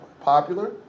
popular